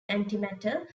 antimatter